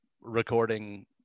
recording